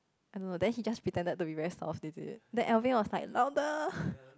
I don't know then he just pretended to be very soft is it then Alvin was like louder